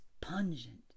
pungent